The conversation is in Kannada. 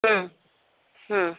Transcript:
ಹ್ಞೂ ಹ್ಞೂ